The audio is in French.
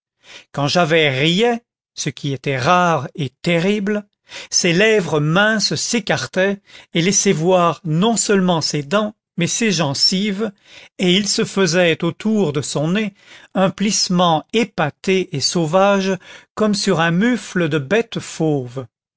quand javert riait ce qui était rare et terrible ses lèvres minces s'écartaient et laissaient voir non seulement ses dents mais ses gencives et il se faisait autour de son nez un plissement épaté et sauvage comme sur un mufle de bête fauve